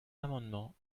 amendement